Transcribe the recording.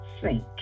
sink